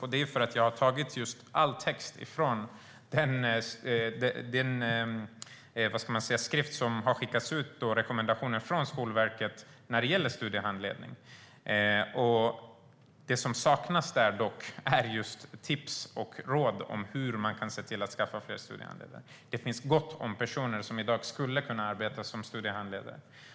Det är därför att jag har tagit all text från den skrift med rekommendationer som har skickats ut från Skolverket när det gäller studiehandledning. Det som dock saknas där är just tips och råd om hur man kan se till att skaffa fler studiehandledare. Det finns gott om personer som i dag skulle kunna arbeta som studiehandledare.